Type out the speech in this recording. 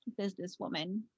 businesswoman